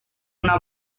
una